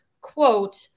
quote